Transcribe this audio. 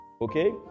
Okay